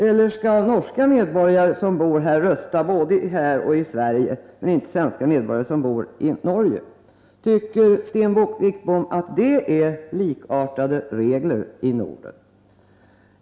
Eller skall norska medborgare som bor här få rösta både i Norge och här, men inte svenska medborgare som bor i Norge? Tycker Sten Wickbom att detta är likartade regler i Norden?